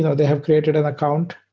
they have created an account.